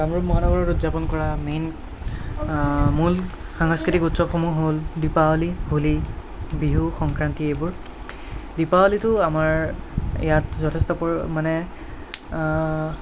কামৰূপ মহানগৰত উদযাপন কৰা মেইন মূল সাংস্কৃতিক উৎসৱসমূহ হ'ল দীপাৱলী হোলী বিহু সংক্ৰান্তি এইবোৰ দীপাৱলীটো আমাৰ ইয়াত যথেষ্ট পৰিমাণে